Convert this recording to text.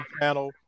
channel